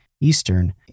Eastern